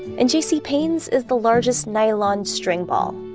and j c. payne's is the largest nylon string ball.